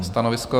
Stanovisko?